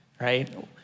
right